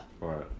Right